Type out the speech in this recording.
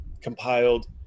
compiled